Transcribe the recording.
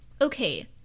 okay